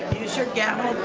use your gavel,